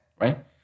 right